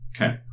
Okay